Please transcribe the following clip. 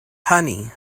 honey